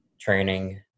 training